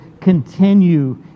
continue